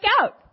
out